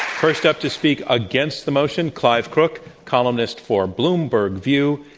first up to speak against the motion, clive crook, columnist for bloomberg view.